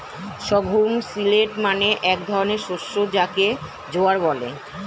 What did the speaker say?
sorghum millet মানে এক ধরনের শস্য যাকে জোয়ার বলে